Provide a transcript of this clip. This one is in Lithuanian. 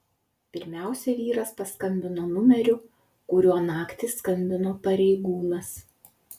pirmiausia vyras paskambino numeriu kuriuo naktį skambino pareigūnas